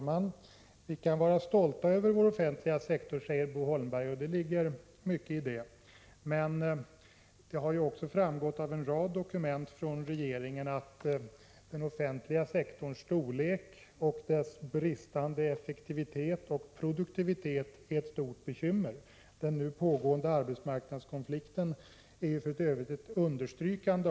Den 16 januari 1986 beslöt regeringen att bemyndiga justitieministern att tillkalla en samrådsgrupp för sårbarhetsfrågor på ADB-området. Enligt regeringsbeslutet skulle gruppen ha en bred representation från statliga myndigheter, kommuner, landstingskommuner och det privata näringslivet, Gruppens uppgift skulle vara att.